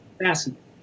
fascinating